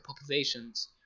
populations